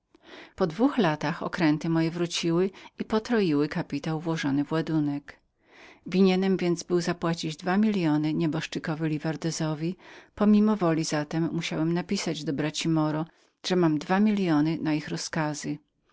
po dwóch latach okręta moje wróciły i potroiły kapitał włożony w ładunek winienem więc był zapłacić dwa miliony nieboszczykowi livardezowi mimowolnie zatem musiałem napisać do braci moro że miałem dwa miliony na ich rozkazy